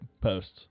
posts